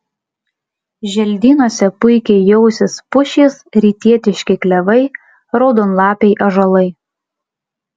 želdynuose puikiai jausis pušys rytietiški klevai raudonlapiai ąžuolai